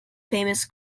famous